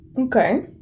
Okay